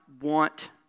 want